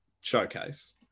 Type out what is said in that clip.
showcase